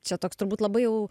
čia toks turbūt labai jau